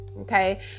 okay